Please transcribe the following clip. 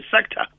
sector